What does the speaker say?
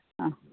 ആ